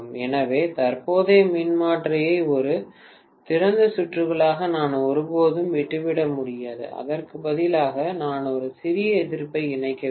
எனவே தற்போதைய மின்மாற்றியை ஒரு திறந்த சுற்றுகளாக நான் ஒருபோதும் விட்டுவிட முடியாது அதற்கு பதிலாக நான் ஒரு சிறிய எதிர்ப்பை இணைக்க வேண்டும்